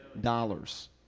Dollars